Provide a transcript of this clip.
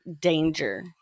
Danger